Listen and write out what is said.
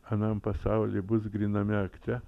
anam pasauly bus gryname akte